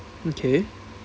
okay